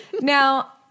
Now